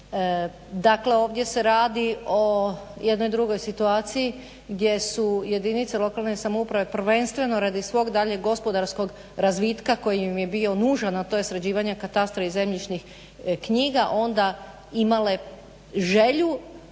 Dakle ovdje se radi o jednoj drugoj situaciji gdje su jedinice lokalne samouprave prvenstveno radi svog daljeg gospodarskog razvitka koji im je bio nužan a to je sređivanja katastra i zemljišnih knjiga onda imale želju